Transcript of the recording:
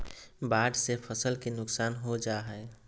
बाढ़ से फसल के नुकसान हो जा हइ